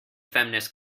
feminist